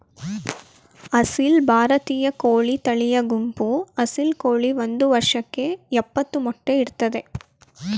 ಅಸೀಲ್ ಭಾರತೀಯ ಕೋಳಿ ತಳಿಯ ಗುಂಪು ಅಸೀಲ್ ಕೋಳಿ ಒಂದ್ ವರ್ಷಕ್ಕೆ ಯಪ್ಪತ್ತು ಮೊಟ್ಟೆ ಇಡ್ತದೆ